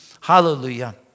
Hallelujah